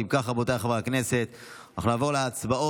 אם כך, רבותיי חברי הכנסת, אנחנו נעבור להצבעות.